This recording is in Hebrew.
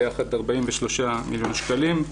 ביחד 43 מיליון שקלים.